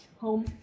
home